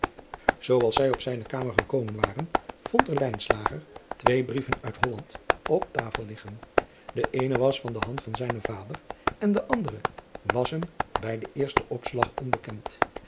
als zij op zijne kamer gekomen waren vond er lijnslager twee brieven uit holland op tafel liggen de eene was van de hand van zijnen vader en de andere was hem bij den eersten opslag onbekend